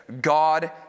God